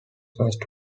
first